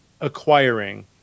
acquiring